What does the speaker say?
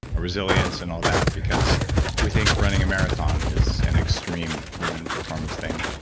resilience and all that because we think running a marathon is an extreme human performance thing.